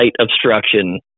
obstruction